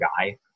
guy